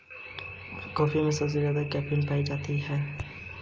हाजिर बाजार का उपयोग सट्टेबाजों द्वारा भी किया जाता है